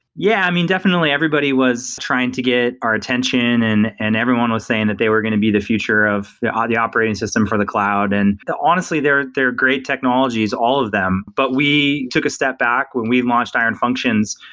yeah. i mean, definitely everybody was trying to get our attention and and everyone was saying that they were going to be the future of the ah the operating system for the cloud and the cloud. honestly, they're they're great technologies all of them, but we took a step back. when we launched iron functions,